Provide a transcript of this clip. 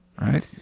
right